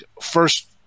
First